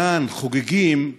כאן חוגגים,